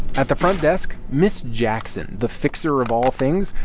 at the front desk, ms. jackson, the fixer of all things,